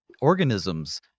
organisms